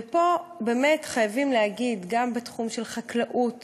ופה באמת חייבים להגיד, גם בתחום של חקלאות